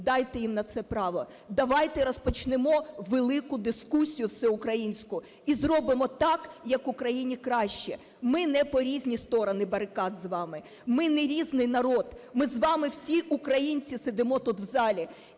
Дайте їм на це право. Давайте розпочнемо велику дискусію всеукраїнську. І зробимо так, як Україні краще. Ми не по різні сторони барикад з вами. Ми не різний народ. Ми з вами всі українці сидимо тут в залі.